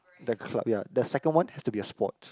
the club ya the second one has to be a sport